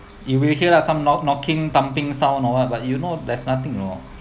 you will hear lah some knock knocking thumping sound or what but you know there's nothing at all